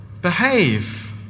behave